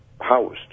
housed